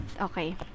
okay